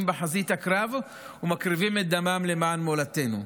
בחזית הקרב ומקריבים את דמם למען מולדתנו.